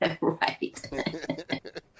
Right